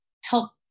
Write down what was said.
help